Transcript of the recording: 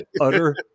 utter